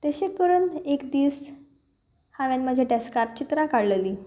तशें करून एक दीस हांवें म्हाजें डॅस्कार चित्रां काडलेलीं